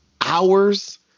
hours